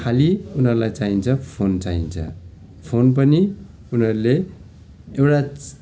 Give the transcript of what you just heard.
खाली उनीहरूलाई चाहिन्छ फोन चाहिन्छ फोन पनि उनीहरूले एउटा चि